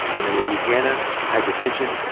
and in louisiana hypertension,